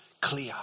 clear